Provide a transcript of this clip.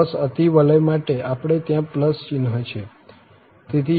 cos અતિવલયી માટે આપણે ત્યાં ' ચિહ્ન છે